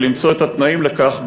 ולמצוא את התנאים לכך,